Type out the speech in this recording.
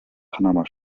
panama